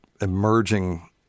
Emerging